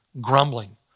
grumbling